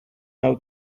out